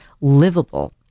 livable